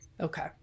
Okay